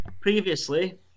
previously